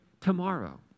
tomorrow